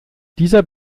dieser